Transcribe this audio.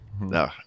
no